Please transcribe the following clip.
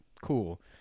cool